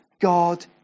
God